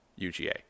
UGA